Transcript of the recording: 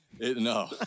no